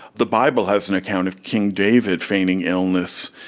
the bible has an account of king david feigning illness.